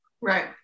right